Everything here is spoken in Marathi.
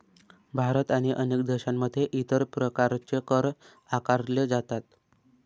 भारत आणि अनेक देशांमध्ये इतर प्रकारचे कर आकारले जातात